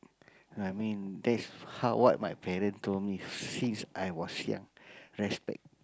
I mean that's how what my parents told me since I was young respect